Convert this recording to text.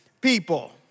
people